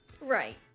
Right